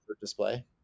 display